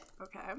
Okay